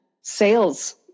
Sales